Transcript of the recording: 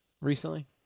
recently